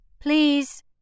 Please